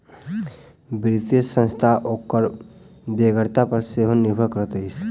वित्तीय संस्था ओकर बेगरता पर सेहो निर्भर करैत अछि